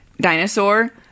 dinosaur